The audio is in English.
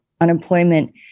unemployment